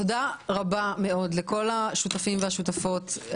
תודה רבה לכל השותפים והשותפות.